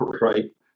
right